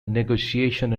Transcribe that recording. negotiation